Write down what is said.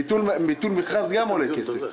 ביטול מכרז גם עולה כסף,